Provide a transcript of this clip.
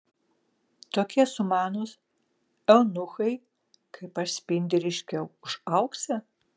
tokie sumanūs eunuchai kaip aš spindi ryškiau už auksą